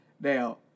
Now